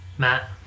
Matt